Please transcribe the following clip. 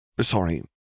Sorry